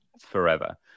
forever